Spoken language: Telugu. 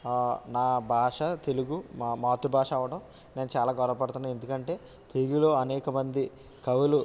నా భాష తెలుగు మా మాతృభాష అవ్వడం నేను చాలా గర్వపడుతున్న ఎందుకంటే తెలుగులో అనేక మంది కవులు